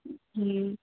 जी